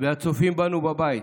והצופים בנו בבית,